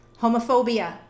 homophobia